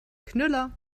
knüller